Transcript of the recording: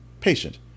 Patient